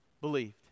believed